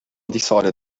decided